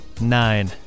Nine